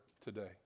today